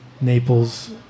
Naples